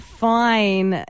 fine